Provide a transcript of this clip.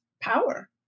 power